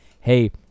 hey